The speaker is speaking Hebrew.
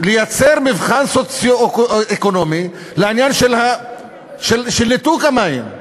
לייצר מבחן סוציו-אקונומי לעניין ניתוק המים.